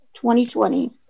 2020